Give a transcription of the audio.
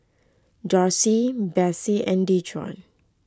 Dorsey Besse and Dejuan